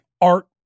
art